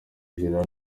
nigeria